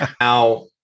now